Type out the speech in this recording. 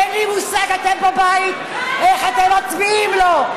אין לי מושג, אתם בבית, איך אתם מצביעים לו.